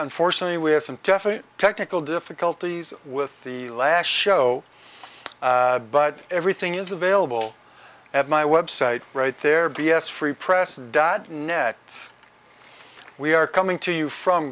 unfortunately we have some technical difficulties with the last show but everything is available at my website right there b s free press dad net it's we are coming to you from